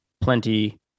plenty